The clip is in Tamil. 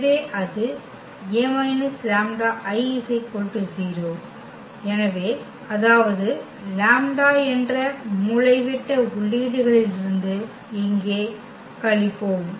எனவே அது |A λI| 0 எனவே அதாவது லாம்ப்டா என்ற மூலைவிட்ட உள்ளீடுகளிலிருந்து இங்கே கழிப்போம்